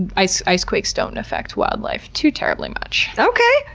and ice ice quakes don't affect wildlife too terribly much. okay,